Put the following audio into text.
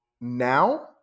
now